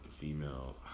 female